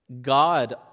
God